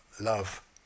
love